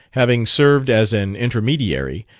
having served as an intermediary,